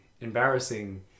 embarrassing